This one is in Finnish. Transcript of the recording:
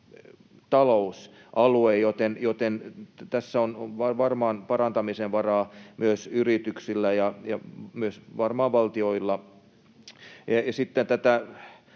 talousalue, joten tässä on varmaan parantamisen varaa yrityksillä ja varmaan myös valtioilla. Sitten